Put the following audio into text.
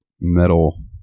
metal